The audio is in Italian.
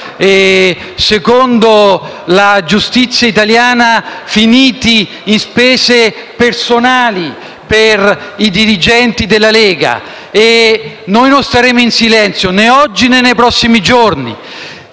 secondo la giustizia italiana, e finiti in spese personali per i dirigenti della Lega. Non staremo in silenzio né oggi, né nei prossimi giorni.